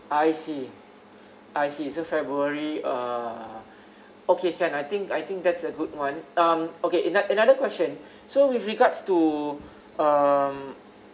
I see I see so february uh okay can I think I think that's a good one um okay ano~ another question so with regards to um